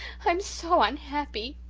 i'm so unhappy.